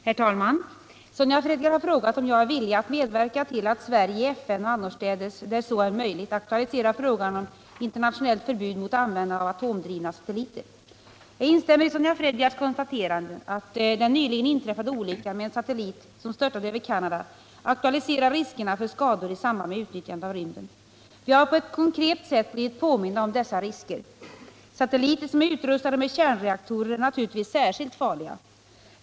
Herr talman! Sonja Fredgardh har frågat om jag är villig att medverka till att Sverige i FN och annorstädes, där så är möjligt, aktualiserar frågan om internationellt förbud mot användandet av atomdrivna satelliter. Jag instämmer i Sonja Fredgardhs konstaterande att den nyligen inträffade olyckan med en satellit som störtade över Canada aktualiserar riskerna för skador i samband med utnyttjandet av rymden. Vi har på ett konkret sätt blivit påminda om dessa risker. Satelliter som är utrustade med kärnreaktorer är naturligtvis särskilt farliga.